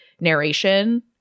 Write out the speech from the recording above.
narration